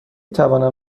توانم